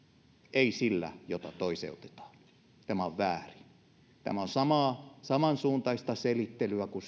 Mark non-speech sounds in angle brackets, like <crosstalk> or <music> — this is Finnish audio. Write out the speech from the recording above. ei sillä jota toiseutetaan tämä on väärin tämä on samansuuntaista selittelyä kuin <unintelligible>